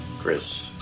Chris